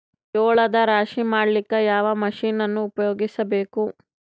ಜೋಳದ ರಾಶಿ ಮಾಡ್ಲಿಕ್ಕ ಯಾವ ಮಷೀನನ್ನು ಉಪಯೋಗಿಸಬೇಕು?